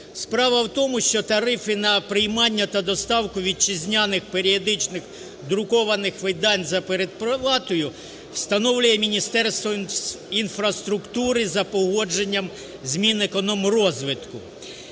Справа у тому, що тарифи на приймання та доставку вітчизняних періодичних друкованих видань за передплатою встановлює Міністерство інфраструктури за погодженням з Мінекономрозвитку.